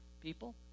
people